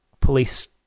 police